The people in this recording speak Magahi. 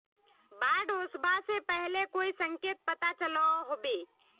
बाढ़ ओसबा से पहले कोई संकेत पता चलो होबे?